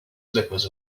slippers